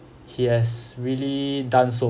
he has really done so